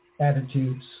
attitudes